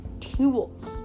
tools